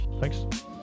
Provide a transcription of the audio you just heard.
Thanks